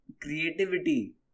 creativity